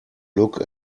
look